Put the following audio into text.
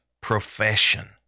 profession